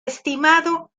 estimado